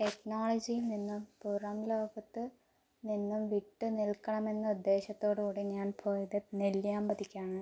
ടെക്നോളജിയിൽ നിന്നും പുറം ലോകത്ത് നിന്നും വിട്ടു നിൽക്കണമെന്ന ഉദ്ദേശത്തോടുകൂടി ഞാൻ പോയത് നെല്ലിയാമ്പതിക്കാണ്